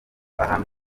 ahantu